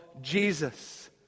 Jesus